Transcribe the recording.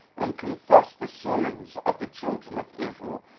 and confess the sins of the children of israel,